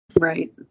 Right